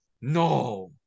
no